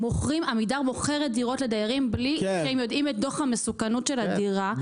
עמידר מוכרת דירות לדיירים בלי שהם יודעים את דוח המסוכנות של הדירה.